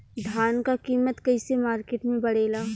धान क कीमत कईसे मार्केट में बड़ेला?